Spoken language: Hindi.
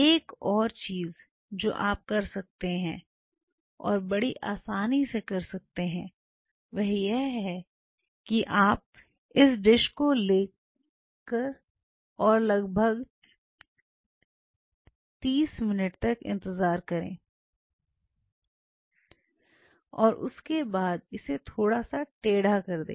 एक और चीज जो आप कर सकते हैं और बड़ी आसानी से कर सकते हैं वह यह है कि आप इस डिश को ले और लगभग 30 मिनट तक इंतजार करें और उसके बाद इसे थोड़ा सा टेढ़ा कर दें